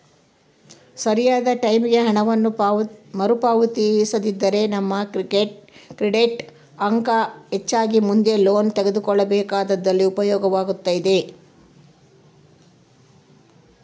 ಸರಿಯಾದ ಟೈಮಿಗೆ ಹಣವನ್ನು ಮರುಪಾವತಿಸಿದ್ರ ನಮ್ಮ ಕ್ರೆಡಿಟ್ ಅಂಕ ಹೆಚ್ಚಾಗಿ ಮುಂದೆ ಲೋನ್ ತೆಗೆದುಕೊಳ್ಳಬೇಕಾದಲ್ಲಿ ಉಪಯೋಗವಾಗುತ್ತದೆ